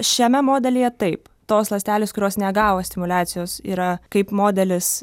šiame modelyje taip tos ląstelės kurios negavo stimuliacijos yra kaip modelis